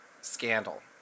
Scandal